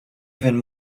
even